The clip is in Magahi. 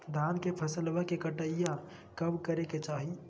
धान के फसलवा के कटाईया कब करे के चाही?